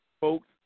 folks